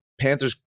Panthers